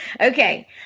Okay